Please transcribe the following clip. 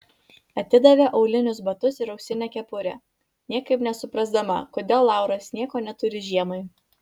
atidavė aulinius batus ir ausinę kepurę niekaip nesuprasdama kodėl lauras nieko neturi žiemai